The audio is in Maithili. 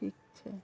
ठीक छै